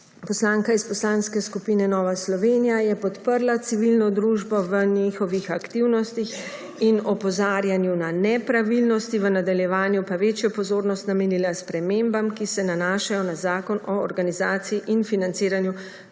Poslanka iz Poslanske skupine Nova Slovenija je podprla civilno družbo v njihovih aktivnostih in opozarjanju na nepravilnosti, v nadaljevanju pa večjo pozornost namenila spremembam, ki se nanašajo na zakon o organizaciji in financiranju